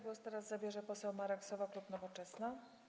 Głos teraz zabierze poseł Marek Sowa, klub Nowoczesna.